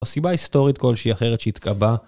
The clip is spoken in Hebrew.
או סיבה היסטורית כלשהי אחרת שהתקבעה.